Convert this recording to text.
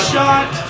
Shot